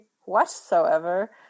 whatsoever